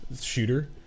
shooter